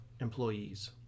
employees